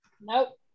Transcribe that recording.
Nope